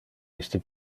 iste